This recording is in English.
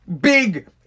big